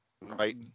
Right